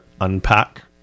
unpack